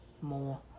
more